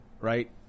right